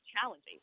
challenging